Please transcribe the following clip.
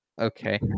Okay